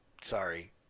sorry